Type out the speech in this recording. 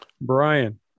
Brian